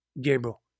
Gabriel